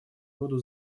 воду